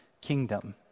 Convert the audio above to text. kingdom